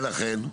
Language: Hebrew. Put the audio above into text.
ולכן?